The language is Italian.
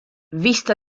vista